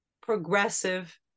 progressive